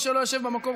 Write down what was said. מי שלא יושב במקום,